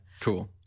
Cool